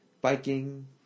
biking